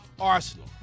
Arsenal